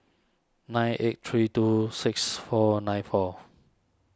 nine eight three two six four nine four